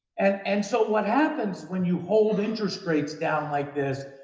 and and, so what happens when you hold interest rates down like this?